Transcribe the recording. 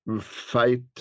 fight